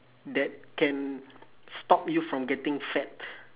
that can stop you from getting fat